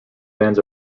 bands